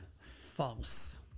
False